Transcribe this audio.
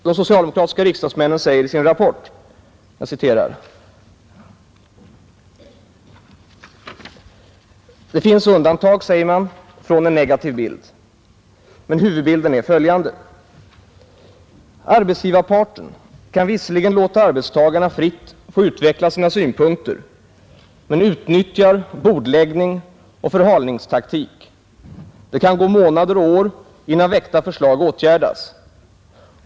De socialdemokratiska riksdagsmännen säger i sin rapport att det finns undantag från en negativ bild men att huvudbilden är följande: ”Arbetsgivarparter kan visserligen låta arbetstagarna fritt få utveckla sina synpunkter, men utnyttjar bordläggning och förhalningstaktik. Det kan gå månader och år innan väckta förslag åtgärdas.